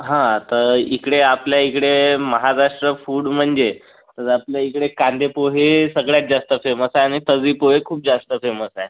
हा तर इकडे आपल्या इकडे महाराष्ट्र फूड म्हणजे आपल्या इकडे कांदेपोहे सगळ्यात जास्त फेमस आहे आणि तर्री पोहे खूप जास्त फेमस आहे